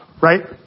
right